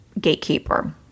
gatekeeper